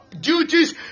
duties